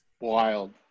wild